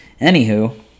anywho